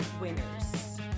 winners